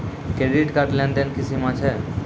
Credit card के लेन देन के की सीमा छै?